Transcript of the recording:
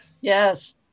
Yes